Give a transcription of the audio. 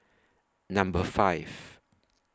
Number five